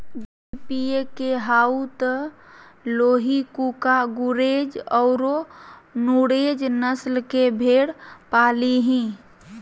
दूध पिये के हाउ त लोही, कूका, गुरेज औरो नुरेज नस्ल के भेड़ पालीहीं